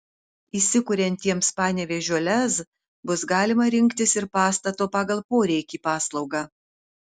įsikuriantiems panevėžio lez bus galima rinktis ir pastato pagal poreikį paslaugą